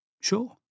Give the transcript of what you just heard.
Sure